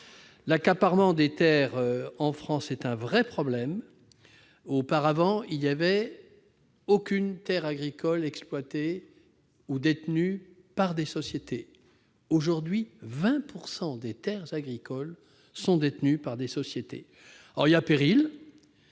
L'accaparement des terres en France est un vrai problème. Auparavant, aucune terre agricole n'était exploitée ou détenue par des sociétés. Aujourd'hui, 20 % des terres agricoles sont détenues par des sociétés. Il y a péril